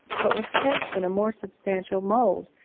but was cast in a more substantial mould,